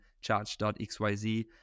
charge.xyz